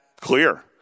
clear